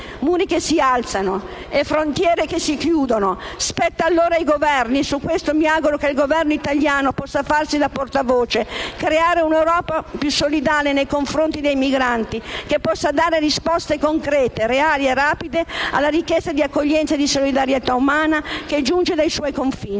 muri che si alzano e frontiere che si chiudono. Spetta allora ai Governi - e mi auguro che il Governo italiano possa farsene portavoce - creare un'Europa più solidale nei confronti dei migranti, che possa dare risposte concrete, reali e rapide alla richiesta di accoglienza e di solidarietà umana che giunge dai suoi confini.